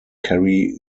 carry